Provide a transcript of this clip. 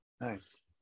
Nice